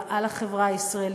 רעה לחברה הישראלית,